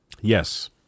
yes